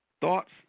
Thoughts